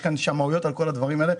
שמאויות על כל הדברים האלה.